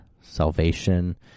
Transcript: salvation